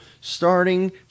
starting